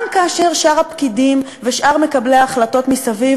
גם כאשר שאר הפקידים ושאר מקבלי ההחלטות מסביב